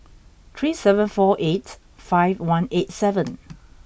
three seven four eight five one eight seven